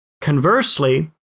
conversely